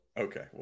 Okay